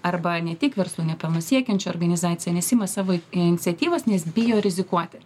arba ne tik verslų ne pelno siekiančių organizacijų nesiima savo i iniciatyvos nes bijo rizikuoti